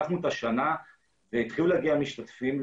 פתחנו את השנה והתחילו להגיע משתתפים.